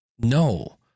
No